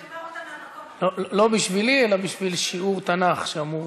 לא בשבילי, אלא בשביל שיעור תנ"ך, שהיה אמור